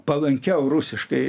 palankiau rusiškai